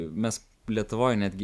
mes lietuvoj netgi